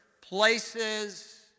places